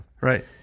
right